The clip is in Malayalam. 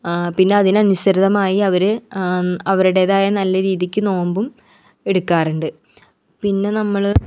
പിന്നെ അതിനനുസൃതമായി അവർ അവരുടെതായ നല്ല രീതിക്ക് നോമ്പും എടുക്കാറുണ്ട് പിന്നെ നമ്മൾ